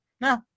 No